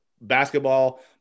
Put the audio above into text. basketball